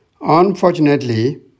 Unfortunately